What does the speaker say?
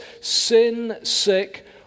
sin-sick